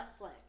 netflix